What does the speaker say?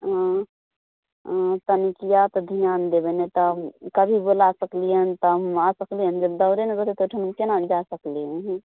तनी किए तऽ धियान देबै नहि तऽ कभी बोलाए सकलियै हन तऽ जब दौरे नहि रहतै तऽ ओहिठाम केना जाए सकलियै